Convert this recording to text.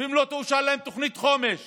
ואם לא תאושר להם תוכנית חומש